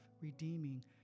redeeming